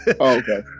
okay